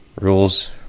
rules